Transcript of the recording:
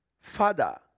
Father